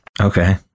Okay